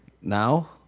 Now